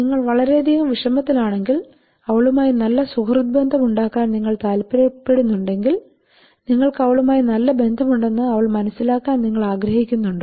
നിങ്ങൾ വളരെയധികം വിഷമത്തിൽ ആണെങ്കിൽ അവളുമായി നല്ല സുഹൃദ്ബന്ധം ഉണ്ടാക്കാൻ നിങ്ങൾ താൽപ്പര്യപ്പെടുന്നെങ്കിൽ നിങ്ങൾക്ക് അവളുമായി നല്ല ബന്ധമുണ്ടെന്ന് അവൾ മനസിലാക്കാൻ നിങ്ങൾ ആഗ്രഹിക്കുന്നുണ്ടോ